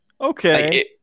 Okay